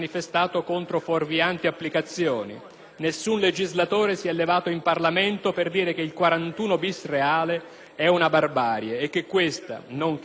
nessun legislatore si è levato in Parlamento per dire che il "41 bis reale" è una barbarie e che questa - non chissà quale altra - si vuole eternizzare.